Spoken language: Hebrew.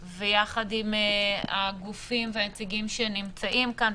ביחד עם השלטון המקומי וביחד עם הגופים והנציגים שנמצאים כאן,